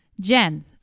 Jen